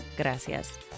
gracias